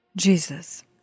Jesus